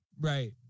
Right